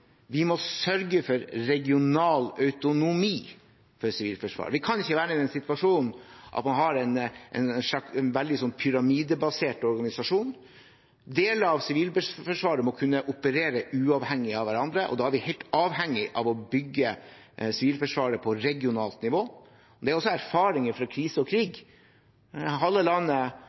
må vi sørge for regional autonomi for Sivilforsvaret. Vi kan ikke være i den situasjonen at vi har en veldig pyramidebasert organisasjon. Deler av Sivilforsvaret må kunne operere uavhengig av hverandre, og da er vi helt avhengige av å bygge Sivilforsvaret på regionalt nivå. Det er også erfaringer fra krise og krig – halve landet